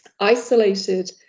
isolated